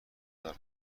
دار